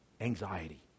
anxiety